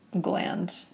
gland